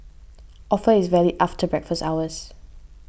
offer is valid after breakfast hours